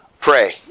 pray